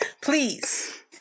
Please